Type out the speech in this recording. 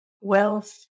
wealth